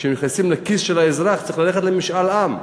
כשנכנסים לכיס של האזרח, צריך ללכת למשאל עם,